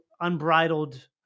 unbridled